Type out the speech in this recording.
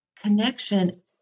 Connection